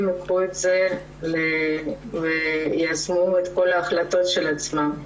ייקחו את זה ויישמו את כל ההחלטות של עצמם.